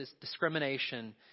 discrimination